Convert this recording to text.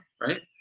right